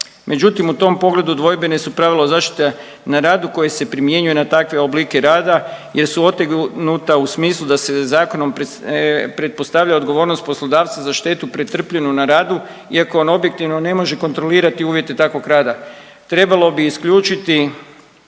Međutim, u tom pogledu dvojbene su pravila zaštite na radu koji se primjenjuju na takve oblike rada jer su otegnuta u smislu da se zakon pretpostavlja odgovornost poslodavca za štetu pretrpljenu na radu iako on objektivno ne može kontrolirat uvjete takvog rada. Trebalo bi isključiti